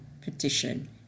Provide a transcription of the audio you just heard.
petition